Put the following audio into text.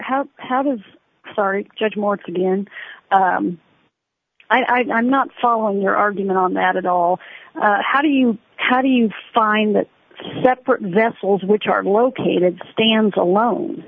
how how does sorry judge mort's again i'm not following your argument on that at all how do you how do you find that separate examples which are located stands alone